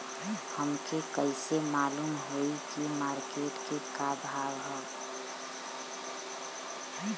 हमके कइसे मालूम होई की मार्केट के का भाव ह?